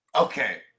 Okay